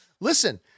Listen